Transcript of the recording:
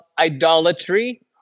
idolatry